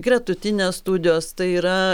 gretutinės studijos tai yra